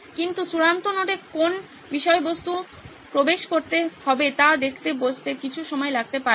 কিন্তু চূড়ান্ত নোটে কোন্ বিষয়বস্তু প্রবেশ করতে হবে তা দেখতে বসতে কিছু সময় লাগতে পারে